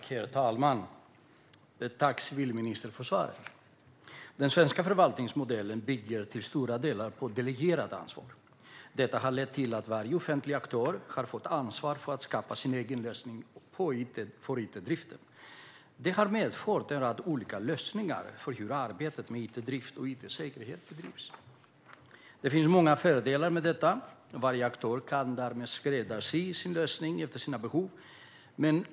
Herr talman! Tack, civilministern, för svaret! Den svenska förvaltningsmodellen bygger till stora delar på delegerat ansvar. Detta har lett till att varje offentlig aktör har fått ansvar för att skapa sin egen lösning för itdriften. Det har medfört olika lösningar för hur arbetet med it-drift och it-säkerhet bedrivs. Det finns många fördelar med detta. Varje aktör kan därmed skräddarsy sin lösning efter det egna behovet.